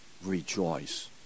rejoice